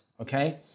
Okay